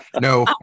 no